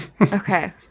Okay